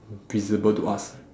visible to us